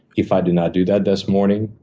if i do not do that that morning,